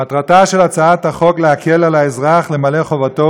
מטרתה של הצעת החוק להקל על האזרח למלא את חובתו